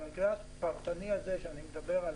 במקרה הפרטני שאני מציג,